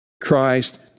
Christ